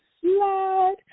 slide